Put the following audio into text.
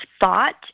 thought